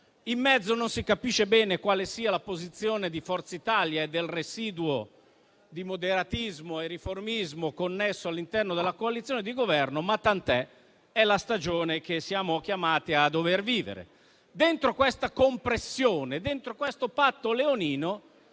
In mezzo, non si capisce bene quale sia la posizione di Forza Italia e del residuo di moderatismo e riformismo connesso all'interno della coalizione di Governo, ma tant'è: è questa la stagione che siamo chiamati a vivere. Dentro questa compressione, dentro questo patto leonino,